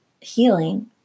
healing